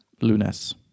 lunes